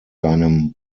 seinem